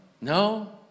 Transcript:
no